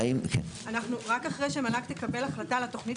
רק אחרי שמל"ג תקבל החלטה על התוכנית